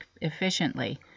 efficiently